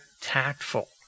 tactful